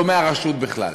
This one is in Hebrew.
לא מהרשות בכלל,